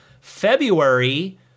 February